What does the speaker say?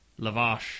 lavash